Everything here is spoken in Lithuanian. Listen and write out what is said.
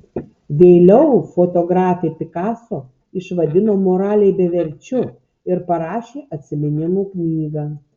vėliau fotografė picasso išvadino moraliai beverčiu ir parašė atsiminimų knygą